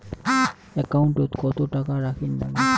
একাউন্টত কত টাকা রাখীর নাগে?